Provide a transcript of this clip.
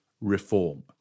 reform